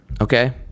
okay